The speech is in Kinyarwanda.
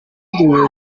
nakiriwe